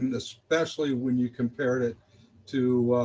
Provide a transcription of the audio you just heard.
and especially when you compared it to,